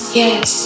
yes